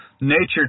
nature